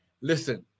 Listen